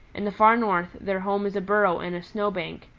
in the far north, their home is a burrow in a snow bank,